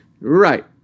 Right